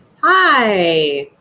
hi.